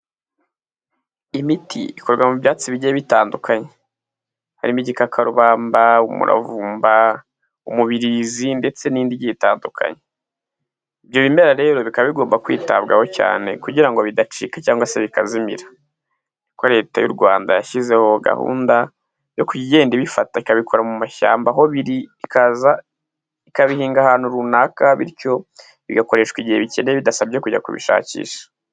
Imiti ikorwa mu byatsi bigiye bitandukanye: harimo igikarubamba, umuravumba, umubirizi ndetse n'indi igiye itandukanye. Ibyo bimera rero bikaba bigomba kwitabwaho cyane kugira ngo bidacika cyangwa se bikazimira kuko leta y'u Rwanda yashyizeho gahunda yo kujya igenda ibifata ikabikura mu mashyamba aho biri ikaza ikabihinga ahantu runaka bityo bigakoreshwa igihe bikenewe bidasabye kujya kubishakisha.